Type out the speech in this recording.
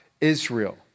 Israel